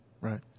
Right